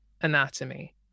anatomy